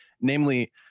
namely